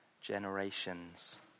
generations